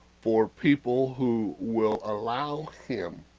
for people, who will allow him